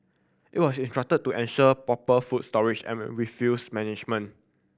it was instructed to ensure proper food storage and we will refuse management